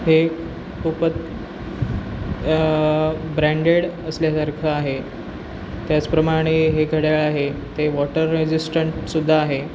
हे खूपच ब्रँडेड असल्यासारखं आहे त्याचप्रमाणे हे घड्याळ आहे ते वॉटर रेजिस्टंट सुद्धा आहे